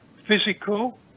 physical